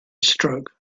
stroke